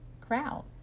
crowd